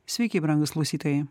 sveiki brangūs klausytojai